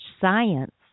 science